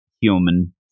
human